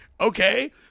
Okay